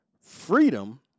freedom